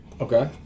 Okay